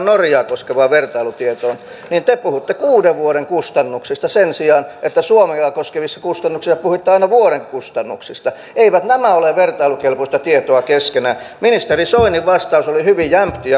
myös siltä osin poliisin määrärahoista kun puhutaan olisi kiinnitettävä huomiota siihen että on järjetöntä että poliiseja ei kouluteta tarpeeksi jotta poliiseja poliisimiehiä ja naisia tulevaisuudessa olisi riittävästi